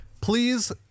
Please